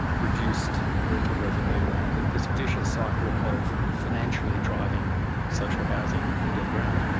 reduced rental revenue and this vicious cycle of financially driving social housing into the ground.